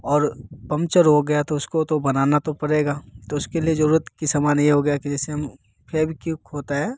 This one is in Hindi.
और पंचर हो गया तो उसको तो बनाना तो पड़ेगा तो उसके लिए जरूरत के सामान यह हो गया कि जिसे हम फेवीक्विक होता है